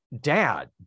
dad